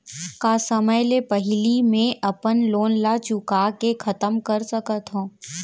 का समय ले पहिली में अपन लोन ला चुका के खतम कर सकत हव?